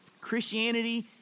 Christianity